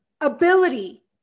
ability